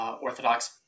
Orthodox